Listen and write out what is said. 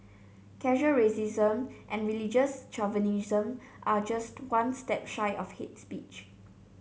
casual racism and religious chauvinism are just one step shy of hit speech